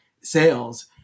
sales